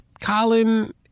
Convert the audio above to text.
Colin